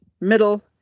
middle